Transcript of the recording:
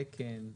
תקן וכולי.